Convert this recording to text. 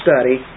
study